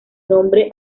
nombre